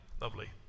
lovely